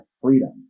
freedom